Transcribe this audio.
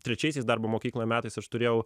trečiaisiais darbo mokykloj metais aš turėjau